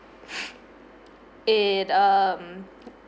it um